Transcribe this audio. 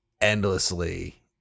endlessly